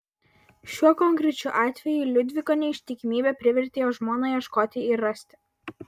šiuo konkrečiu atveju liudviko neištikimybė privertė jo žmoną ieškoti ir rasti